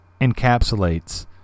encapsulates